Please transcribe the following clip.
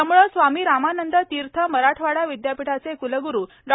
याम्ळे स्वामी रामानंद तीर्थ मराठवाडा विद्यापीठाचे क्लग्रू डॉ